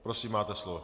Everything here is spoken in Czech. Prosím, máte slovo.